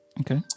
okay